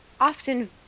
often